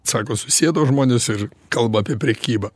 sako susėdo žmonės ir kalba apie prekybą